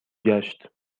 گشت